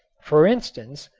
for instance,